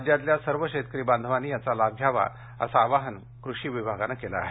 राज्यातल्या सर्व शेतकरी बांधवांनी याचा लाभ घ्यावा अस आवाहन कृषी विभागानं केल आहे